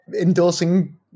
endorsing